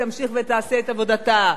תמשיך ותעשה את עבודתה,